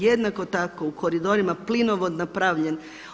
Jednako tako u koridorima plinovod napravljen.